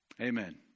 Amen